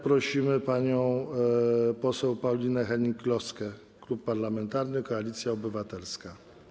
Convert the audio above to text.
Prosimy panią poseł Paulinę Hennig-Kloskę, Klub Parlamentarny Koalicja Obywatelska.